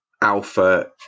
alpha